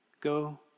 go